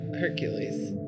Hercules